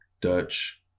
Dutch